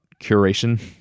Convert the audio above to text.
curation